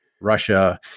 Russia